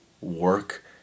work